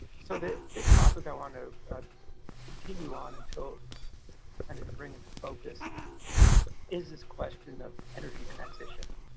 so the big topic i want to continue on until kind of to bring into focus is this question of energy transition.